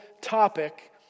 topic